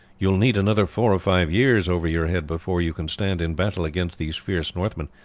you will need another four or five years over your head before you can stand in battle against these fierce northmen.